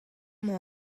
emañ